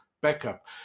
backup